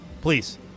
Please